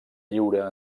lliure